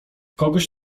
kogoś